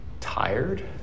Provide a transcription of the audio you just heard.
tired